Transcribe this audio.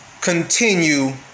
continue